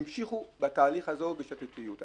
המשיכו בתהליך הזה ובתקיפות.